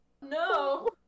No